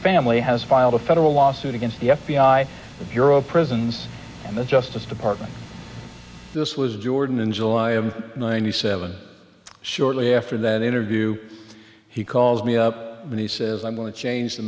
family has filed a federal lawsuit against the f b i the bureau of prisons and the justice department this was jordan in july of ninety seven shortly after that interview he calls me up and he says i'm going to change the